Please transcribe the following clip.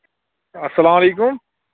اَلسلام علیکُم